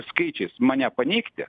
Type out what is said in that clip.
skaičiais mane paneigti